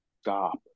stop